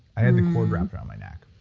i had the chord wrapped around my neck.